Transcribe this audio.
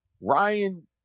Ryan